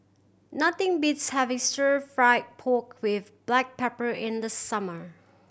nothing beats having Stir Fry pork with black pepper in the summer